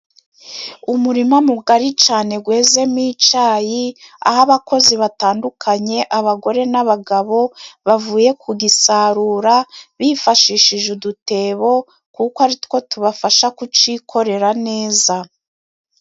Umurima mugari cane gwezemo icayi aho abakozi batandukanye abagore, n'abagabo bavuye kugisarura bifashishije udutebo, kuko aritwo tubafasha kucikorera neza.